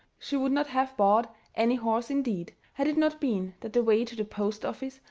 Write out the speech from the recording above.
she would not have bought any horse, indeed, had it not been that the way to the post office,